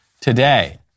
today